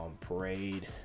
Parade